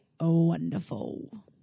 wonderful